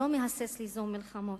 שלא מהסס ליזום מלחמות,